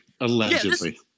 Allegedly